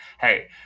hey